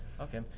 Okay